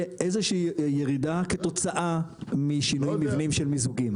איזושהי ירידה כתוצאה משינוי מבנים של מיזוגים.